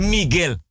Miguel